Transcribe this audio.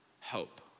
hope